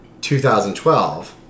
2012